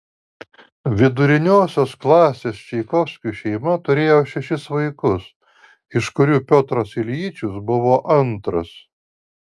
viduriniosios klasės čaikovskių šeima turėjo šešis vaikus iš kurių piotras iljičius buvo antras